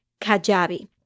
Kajabi